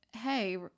Hey